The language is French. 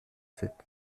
sept